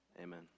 amen